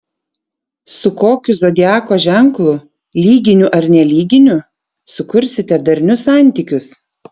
su kokiu zodiako ženklu lyginiu ar nelyginiu sukursite darnius santykius